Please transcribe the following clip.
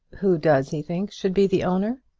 who does he think should be the owner?